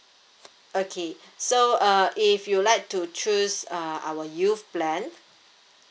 okay so uh if you'd like to choose uh our youth plan